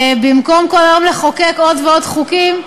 במקום כל היום לחוקק עוד ועוד חוקים,